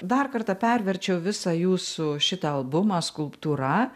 dar kartą perverčiau visą jūsų šitą albumą skulptūra